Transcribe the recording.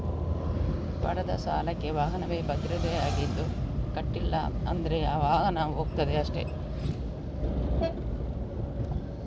ಪಡೆದ ಸಾಲಕ್ಕೆ ವಾಹನವೇ ಭದ್ರತೆ ಆಗಿದ್ದು ಕಟ್ಲಿಲ್ಲ ಅಂದ್ರೆ ವಾಹನ ಹೋಗ್ತದೆ ಅಷ್ಟೇ